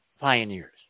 pioneers